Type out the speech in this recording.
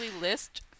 list